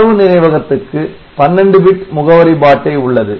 தரவு நினைவகத்துக்கு 12 பிட் முகவரி பாட்டை உள்ளது